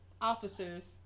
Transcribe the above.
officers